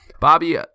Bobby